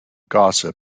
gossip